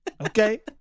Okay